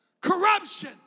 corruption